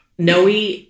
Noe